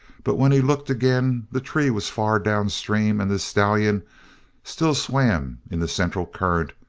but when he looked again the tree was far down stream and the stallion still swam in the central current,